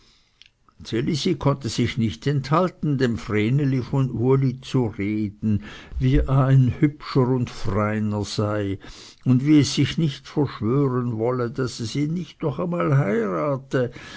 elisi konnte sich nicht enthalten dem vreneli von uli zu reden wie er ein hübscher und freiner sei und wie es sich nicht verschwören wolle daß es ihn nicht noch einmal heirate